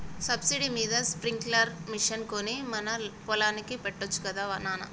subsidy మీద sprinkler machine కొని మన పొలానికి పెట్టొచ్చు గదా నాన